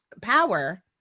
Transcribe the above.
power